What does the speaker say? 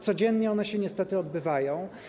Codziennie one się niestety odbywają.